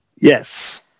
Yes